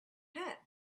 hat